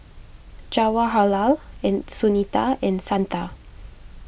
Jawaharlal and Sunita and Santha